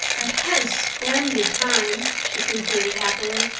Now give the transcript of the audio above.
i've had a splendid time, she concluded happily,